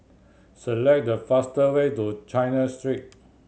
select the faster way to China Street